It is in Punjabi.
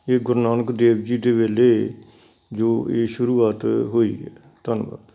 ਇਹ ਗੁਰੂ ਨਾਨਕ ਦੇਵ ਜੀ ਦੇ ਵੇਲੇ ਜੋ ਇਹ ਸ਼ੁਰੂਆਤ ਹੋਈ ਹੈ ਧੰਨਵਾਦ